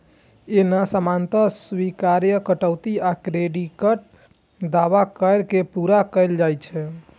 एना सामान्यतः स्वीकार्य कटौती आ क्रेडिटक दावा कैर के पूरा कैल जाइ छै